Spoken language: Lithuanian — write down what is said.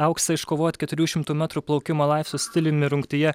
auksą iškovojot keturių šimtų metrų plaukimo laisvu stiliumi rungtyje